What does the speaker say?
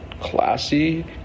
classy